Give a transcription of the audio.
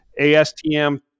astm